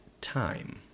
time